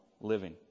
living